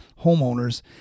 homeowners